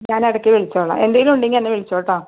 ഞാനിടയ്ക്ക് വിളിച്ചോളാം എന്തേലും ഉണ്ടെങ്കിൽ എന്നെ വിളിച്ചോട്ടോ